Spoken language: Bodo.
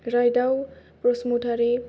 राइदाव बसुमतारी